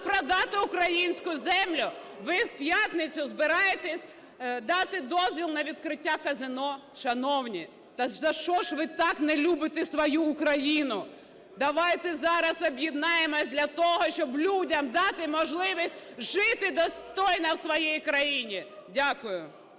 продати українську землю. Ви в п'ятницю збираєтесь дати дозвіл на відкриття казино. Шановні, так за що ж ви так не любите свою Україну? Давайте зараз об'єднаємося для того, щоб людям дати можливість жити достойно у своїй країні. Дякую.